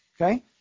Okay